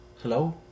hello